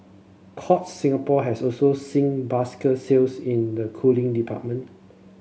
Courts Singapore has also seen sales in the cooling department